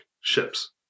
ships